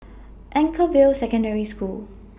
Anchorvale Secondary School